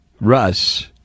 russ